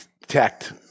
detect